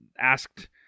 asked